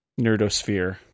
nerdosphere